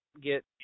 get